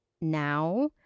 now